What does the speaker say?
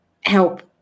help